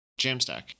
jamstack